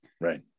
Right